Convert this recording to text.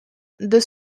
deux